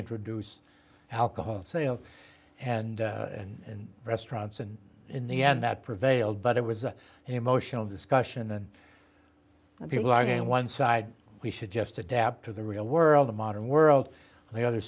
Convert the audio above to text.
introduce alcohol sales and in restaurants and in the end that prevailed but it was an emotional discussion and people are going one side we should just adapt to the real world the modern world and the other